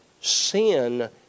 sin